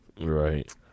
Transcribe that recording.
Right